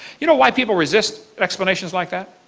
you know why people resist explanations like that?